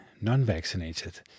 non-vaccinated